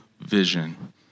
vision